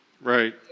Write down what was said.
Right